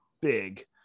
big